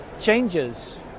changes